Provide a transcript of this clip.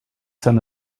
send